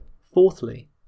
Fourthly